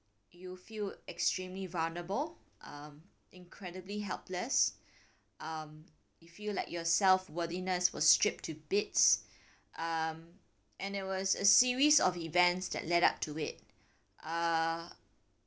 you feel extremely vulnerable um incredibly helpless um you feel like your self worthiness was stripped to bits um and it was a series of events that led up to it uh